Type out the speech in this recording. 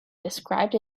described